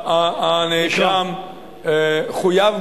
בלי לשים לב לתוצאות החקירה,